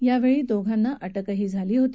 त्यावेळी दोघांना अटकही झाली होती